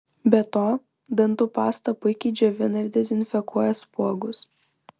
be to dantų pasta puikiai džiovina ir dezinfekuoja spuogus